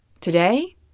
Today